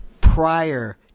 prior